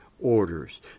orders